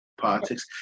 politics